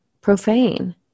profane